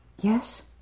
Yes